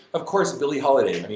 of course, billie holiday, i mean,